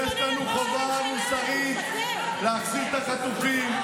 יש לנו חובה מוסרית להחזיר את החטופים,